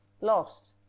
lost